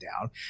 down